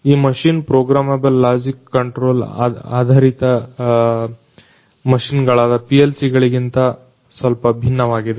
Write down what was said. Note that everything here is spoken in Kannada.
ಈ ಮಷೀನ್ ಪ್ರೋಗ್ರಾಮೇಬಲ್ ಲಾಜಿಕ್ ಆಧರಿತ ಮಷೀನ್ ಗಳಾದ PLCಗಳಿಗಿಂತ ಸ್ವಲ್ಪ ಭಿನ್ನವಾಗಿವೆ